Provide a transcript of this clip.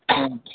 ꯎꯝ